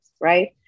right